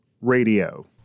Radio